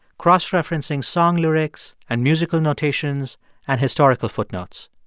cross-referencing song lyrics and musical notations and historical footnotes.